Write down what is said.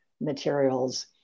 materials